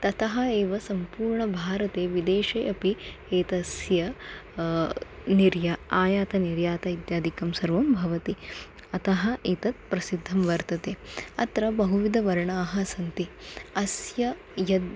ततः एव सम्पूर्णभारते विदेशे अपि एतस्य निर्या आयातनिर्यातम् इत्यादिकं सर्वं भवति अतः एतत् प्रसिद्धं वर्तते अत्र बहुविधवर्णाः सन्ति अस्य यद्